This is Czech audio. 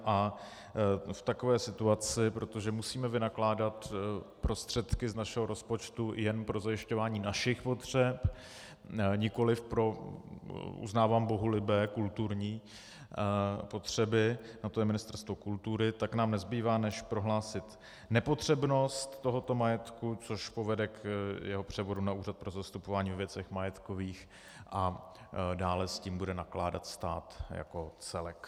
V takové situaci, protože musíme vynakládat prostředky z našeho rozpočtu jen pro zajišťování našich potřeb, nikoliv pro, uznávám, bohulibé kulturní potřeby, na to je Ministerstvo kultury, tak nám nezbývá než prohlásit nepotřebnost tohoto majetku, což povede k jeho převodu na Úřad pro zastupování ve věcech majetkových a dále s tím bude nakládat stát jako celek.